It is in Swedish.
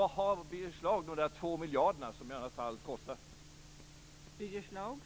Varifrån vill annars Birger Schlaug ta de 2 miljarder som är kostnaden i detta sammanhang?